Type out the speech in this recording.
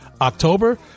October